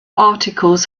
articles